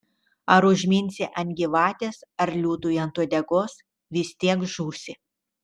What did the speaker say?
ar užminsi ant gyvatės ar liūtui ant uodegos vis tiek žūsi